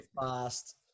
fast